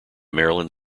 maryland